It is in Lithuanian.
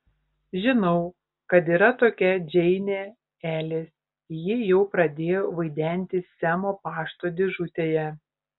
žinau kad yra tokia džeinė elis ji jau pradėjo vaidentis semo pašto dėžutėje